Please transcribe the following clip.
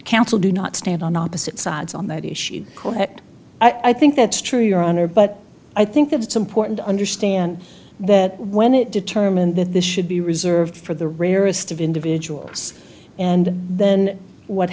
counsel do not stand on opposite sides on that issue i think that's true your honor but i think it's important to understand that when it determined that this should be reserved for the rarest of individuals and then what